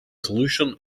solution